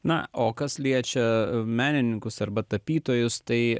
na o kas liečia menininkus arba tapytojus tai